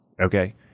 okay